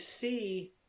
see